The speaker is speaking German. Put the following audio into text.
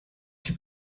die